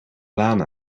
laan